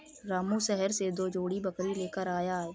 रामू शहर से दो जोड़ी बकरी लेकर आया है